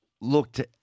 looked –